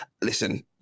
Listen